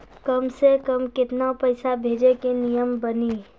कम से कम केतना पैसा भेजै के नियम बानी?